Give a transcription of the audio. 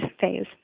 phase